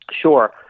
Sure